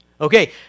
Okay